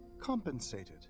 compensated